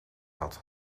had